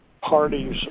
parties